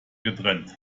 getrennt